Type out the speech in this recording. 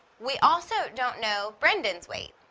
we also don't know brendon's weight.